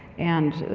and,